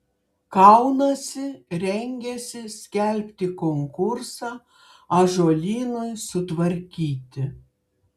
kaunasi rengiasi skelbti konkursą ąžuolynui sutvarkyti